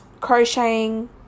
crocheting